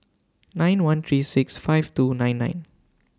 nine one three six five two nine nine